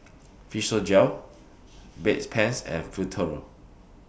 Physiogel Bedpans and Futuro